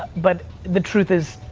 but the truth is,